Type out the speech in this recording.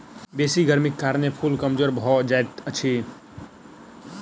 बेसी गर्मीक कारणें फूल कमजोर भअ जाइत अछि